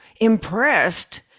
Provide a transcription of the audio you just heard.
impressed